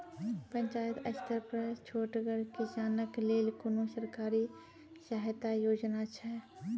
पंचायत स्तर पर छोटगर किसानक लेल कुनू सरकारी सहायता योजना छै?